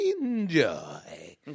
enjoy